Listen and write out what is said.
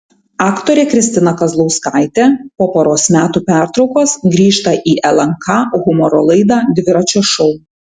aktorė kristina kazlauskaitė po poros metų pertraukos grįžta į lnk humoro laidą dviračio šou